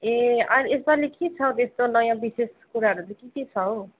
ए अनि यसपालि के छ हो त्यस्तो नयाँ विशेष कुराहरू चाहिँ के छ हो